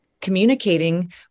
communicating